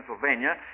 Pennsylvania